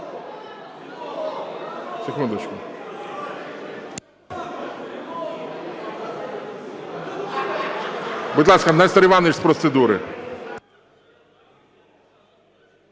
Будь ласка, Нестор Іванович з процедури.